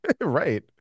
Right